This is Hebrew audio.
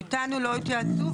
איתנו לא התייעצו,